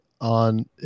on